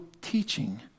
teaching